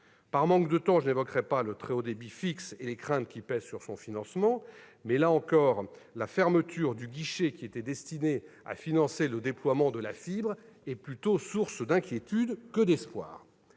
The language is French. Par manque de temps, je n'évoquerai pas le très haut débit fixe et les craintes qui pèsent sur son financement. Là encore, la fermeture du guichet qui était destiné à financer le déploiement de la fibre est source plutôt d'inquiétude que d'espoir.